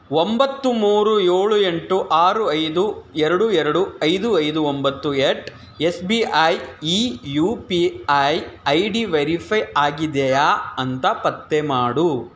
ಒಂಬತ್ತು ಮೂರು ಏಳು ಎಂಟು ಆರು ಐದು ಎರಡು ಎರಡು ಐದು ಐದು ಒಂಬತ್ತು ಎಟ್ ಎಸ್ ಬಿ ಐ ಈ U P I I D verify ಆಗಿದೆಯಾ ಅಂತ ಪತ್ತೆ ಮಾಡು